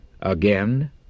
Again